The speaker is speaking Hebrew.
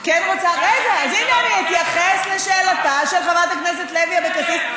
אני כן רוצה להתייחס לשאלתה של חברת הכנסת לוי אבקסיס,